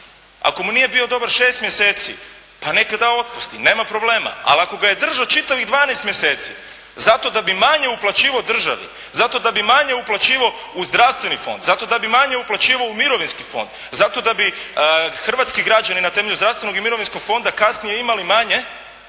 ako mu nije bio dobar 6 mjeseci, pa neka ga otpusti, nema problema, ali ako ga je držao čitavih 12 mjeseci, zato da bi manje uplaćivao državi, zato da bi manje uplaćivao u zdravstveni fond, zato da bi manje uplaćivao u mirovinski fond, zato da bi hrvatski građani na temelju Zdravstvenog i mirovinskog fonda kasnije imali manje,